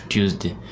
Tuesday